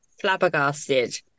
Flabbergasted